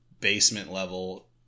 basement-level